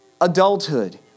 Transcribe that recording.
adulthood